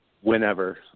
whenever